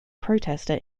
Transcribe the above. protester